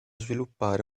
sviluppare